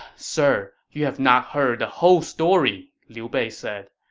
sir, you have not heard the whole story, liu bei said.